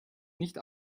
nicht